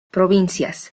provincias